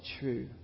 true